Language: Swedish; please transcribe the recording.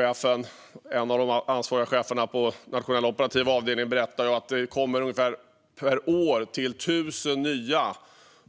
En av de ansvariga cheferna på Nationella operativa avdelningen berättade att det tillkommer ungefär 1 000 nya